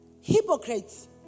hypocrites